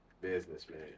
Businessman